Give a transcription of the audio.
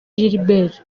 gilbert